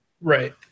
Right